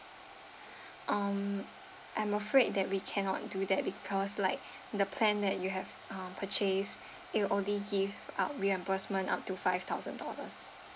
um I'm afraid that we cannot do that because like the plan that you have uh purchases it only give out reimbursement up to five thousand dollars